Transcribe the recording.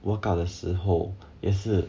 workout 的时候也是